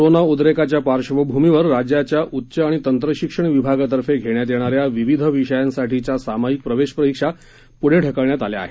corona उद्देकाच्या पार्श्वभूमीवर राज्याच्या उच्च आणि तंत्रशिक्षण विभागातर्फे घेण्यात येणाऱ्या विविध विषयां साठीच्या सामायिक प्रवेश परीक्षा पूढे ढकलण्यात आल्या आहेत